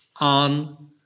on